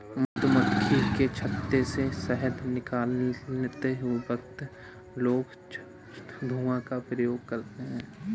मधुमक्खी के छत्ते से शहद निकलते वक्त लोग धुआं का प्रयोग करते हैं